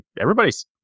everybody's